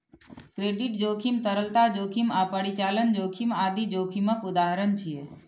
credit जोखिम, तरलता जोखिम आ परिचालन जोखिम आदि जोखिमक उदाहरण छियै